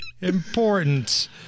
important